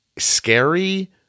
scary